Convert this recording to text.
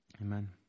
Amen